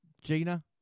Gina